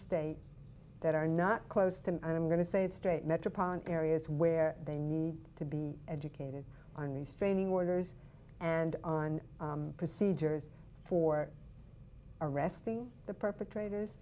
state that are not close to me i'm going to say it straight metropolitan areas where they need to be educated on restraining orders and on procedures for arresting the perpetrators